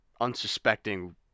unsuspecting